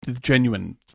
genuine